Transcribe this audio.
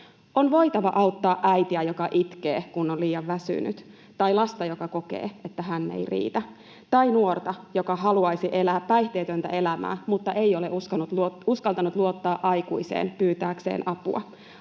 On voitava auttaa äitiä, joka itkee, kun on liian väsynyt, tai lasta, joka kokee, että hän ei riitä, tai nuorta, joka haluaisi elää päihteetöntä elämää mutta ei ole uskaltanut luottaa aikuiseen pyytääkseen apua.